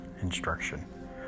instruction